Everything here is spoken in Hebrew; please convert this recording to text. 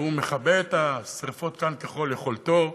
והוא מכבה את השרפות כאן ככל יכולתו.